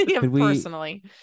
personally